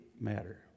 matter